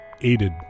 aided